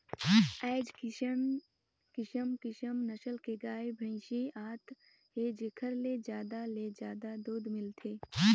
आयज किसम किसम नसल के गाय, भइसी आत हे जेखर ले जादा ले जादा दूद मिलथे